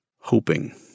hoping